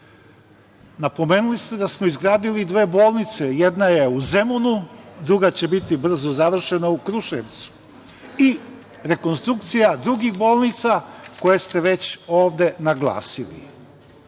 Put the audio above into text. Kragujevcu. Napomenuli ste da smo izgradili dve bolnice. Jedna je u Zemunu, druga će biti brzo završena u Kruševcu i rekonstrukcija drugih bolnica koje ste već ovde naglasili. Ono